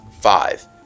five